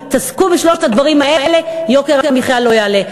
תתעסקו בשלושת הדברים האלה, יוקר המחיה לא יעלה.